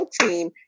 team